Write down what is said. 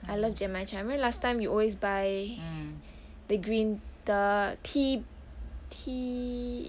I love genmaicha remember last time you always buy the green te~ the tea tea